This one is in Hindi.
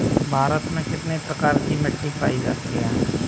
भारत में कितने प्रकार की मिट्टी पाई जाती है?